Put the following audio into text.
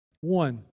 One